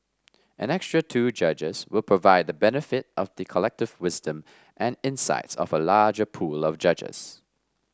an extra two judges will provide the benefit of the collective wisdom and insights of a larger pool of judges